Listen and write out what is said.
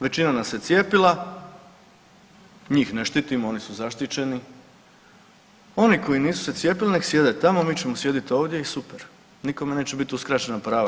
Većina nas se cijepila, njih ne štitimo oni su zaštićeni, oni koji se nisu cijepili nek sjede tamo, mi ćemo sjediti ovdje i super nikome neće biti uskraćena prava.